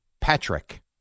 Patrick